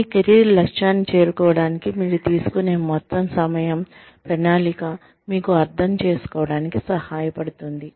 మీ career లక్ష్యాన్ని చేరుకోవడానికి మీరు తీసుకునే మొత్తం సమయం ప్రణాళిక మీకు అర్థం చేసుకోవడానికి సహాయపడుతుంది